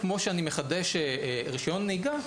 כמו שאני מחדש רישיון נהיגה,